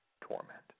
torment